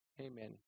Amen